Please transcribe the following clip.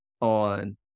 on